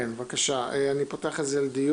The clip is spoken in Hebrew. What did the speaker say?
כן, בבקשה, אני פותח את זה לדיון.